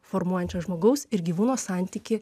formuojančias žmogaus ir gyvūno santykį